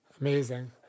Amazing